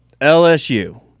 LSU